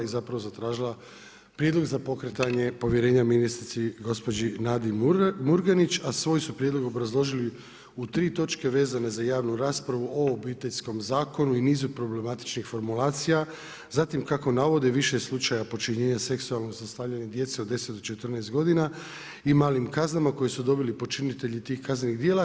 I zapravo zatražila prijedlog za pokretanje povjerenje ministrici gospođi Nadi Murganić, a svoj su prijedlog obrazložili u 3 točke vezane za javnu raspravu o Obiteljskom zakonu i nizu problematičnih formulaciji, zatim, kako navodi više slučajeva počinjena seksualno zlostavljanje djece od 10-14 g. i malim kaznama koje su dobili počinitelji tih kaznenih dijela.